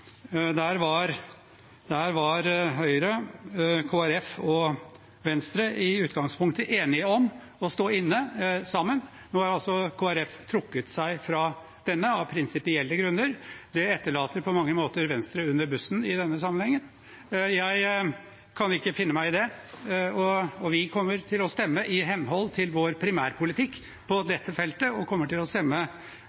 Venstre i utgangspunktet enige om å stå inne sammen, men nå har altså Kristelig Folkeparti trukket seg fra dette av prinsipielle grunner. Det etterlater på mange måter Venstre under bussen i denne sammenhengen. Jeg kan ikke finne meg i det, og vi kommer til å stemme i henhold til vår primærpolitikk på